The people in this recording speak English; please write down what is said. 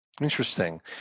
Interesting